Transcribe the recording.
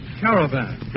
Caravan